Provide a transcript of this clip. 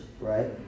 right